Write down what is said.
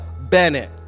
Bennett